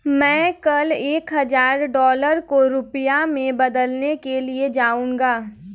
मैं कल एक हजार डॉलर को रुपया में बदलने के लिए जाऊंगा